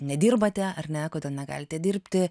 nedirbate ar ne kodėl negalite dirbti